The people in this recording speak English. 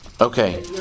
Okay